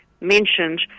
mentioned